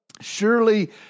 surely